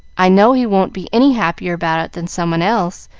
i know he won't be any happier about it than someone else,